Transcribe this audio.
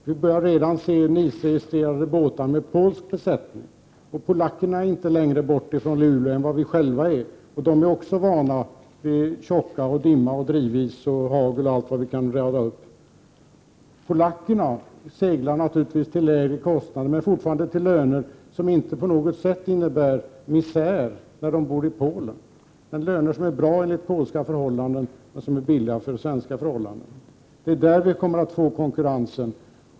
Vi börjar redan se NIS-registrerade båtar med polsk besättning, och polackerna är inte längre bort från Luleå än vi själva är. De är också vana vid tjocka, dimma, drivis, hagel och allt vad vi kan räkna upp. Polackerna seglar naturligtvis till lägre kostnader men har fortfarande löner som inte på något sätt innebär misär när de bor i Polen. Det är löner som är bra enligt polska förhållanden men som är billiga för svenska förhållanden. Det är där vi kommer att få konkurrensen.